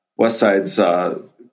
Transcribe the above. Westside's